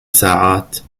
ساعات